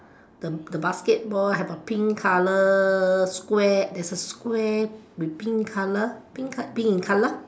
the the basketball have a pink color square there is a square with pink color pink pink in color